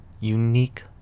unique